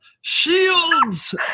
Shields